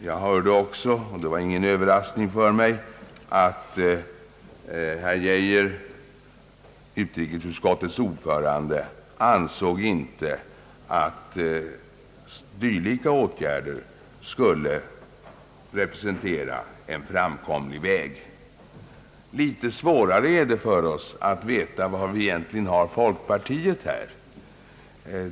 Jag hörde också, och det var ingen överraskning för mig, att herr Geijer, utrikesutskottets ordförande, inte ansåg att dylika åtgärder skulle representera en framkomlig väg. Litet svårare är det för oss att veta var vi egentligen har folkpartiet i denna fråga.